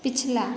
पिछला